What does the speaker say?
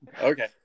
okay